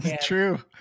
True